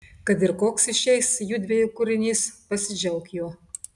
kad ir koks išeis judviejų kūrinys pasidžiauk juo